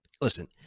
listen –